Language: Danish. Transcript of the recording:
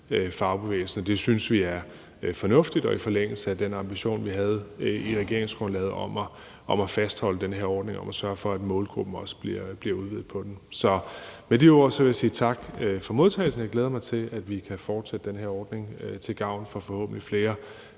anden side. Det synes vi er fornuftigt og i forlængelse af den ambition, vi havde i regeringsgrundlaget, om at fastholde den her ordning og om at sørge for, at målgruppen for den også bliver udvidet. Så med de ord vil jeg sige tak for modtagelsen. Jeg glæder mig til, at vi kan fortsætte den her ordning til gavn for forhåbentlig flere